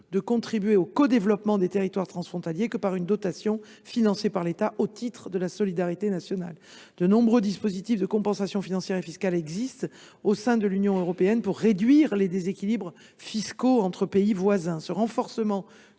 de contribuer au codéveloppement des territoires transfrontaliers, que par une dotation financée par l’État, au titre de la solidarité nationale. De nombreux dispositifs de compensation financière et fiscale existent au sein de l’Union européenne pour réduire les déséquilibres en la matière entre pays voisins. Le renforcement